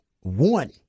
one